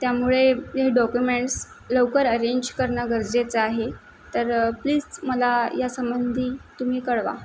त्यामुळे हे डॉक्युमेंट्स लवकर अरेंज करणं गरजेचं आहे तर प्लीज मला या संबंधी तुम्ही कळवा